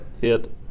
Hit